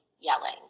yelling